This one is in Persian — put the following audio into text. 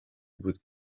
بود